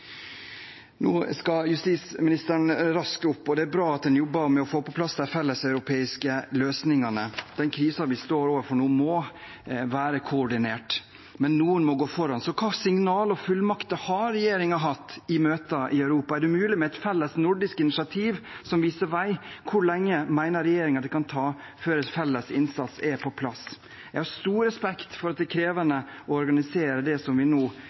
Nå skal justisministeren raske på, og det er bra at en jobber med å få på plass de felleseuropeiske løsningene. Den krisen vi står overfor nå, må være koordinert, men noen må gå foran. Hva slags signaler og fullmakter har regjeringen hatt i møter i Europa? Er det mulig med et felles nordisk initiativ som viser vei? Hvor lenge mener regjeringen det kan ta før en felles innsats er på plass? Jeg har stor respekt for at det er krevende å organisere det som vi nå